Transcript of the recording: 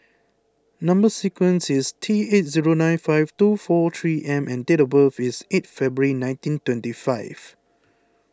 Number Sequence is T eight zero nine five two four three M and date of birth is eight February nineteen twenty five